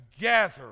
gather